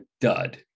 dud